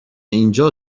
اینجا